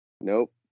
Nope